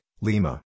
Lima